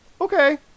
Okay